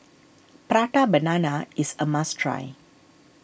Prata Banana is a must try